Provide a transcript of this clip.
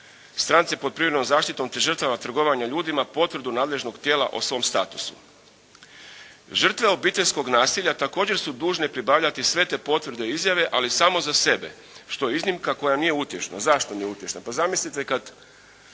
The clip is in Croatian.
stranke pod privatnom zaštitom te žrtava trgovanja ljudima, potvrdu nadležnog tijela o svom statusu. Žrtve obiteljskog nasilja također su dužne pribavljati sve te potvrde i izjave ali samo za sebe što je iznimka koja nije utješna. Zašto nije utješna?